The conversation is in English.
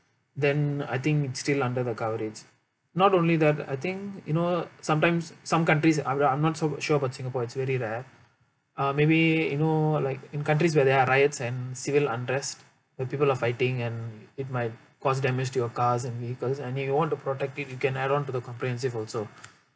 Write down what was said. then I think it's still under the coverage not only that I think you know sometimes some countries I I I'm not so sure about singapore it's very rare uh maybe you know like in countries where there are riots and civil unrest and people are fighting and it might cause damage to your cars and vehicles and if you want to protect it you can add on to the comprehensive also